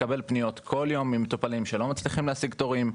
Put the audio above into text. מקבל פניות בכל יום ממטופלים שלא מצליחים להשיג תורים,